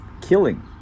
killing